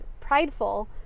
prideful